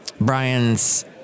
Brian's